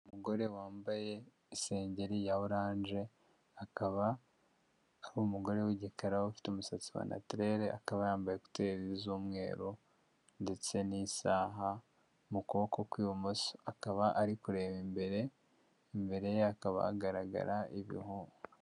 Umugore wambaye isengeri ya oranje akaba ari umugore w'igikara ufite umusatsi wa natirere, akaba yambaye ekuteri z'umweru ndetse n'isaha mu kuboko kw'ibumoso akaba ari kureba imbere, imbere ye hakaba hagaragara ibihu.